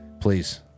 please